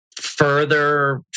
further